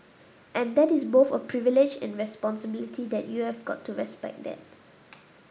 and that is both a privilege and a responsibility and you've got to respect that